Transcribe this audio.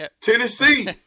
Tennessee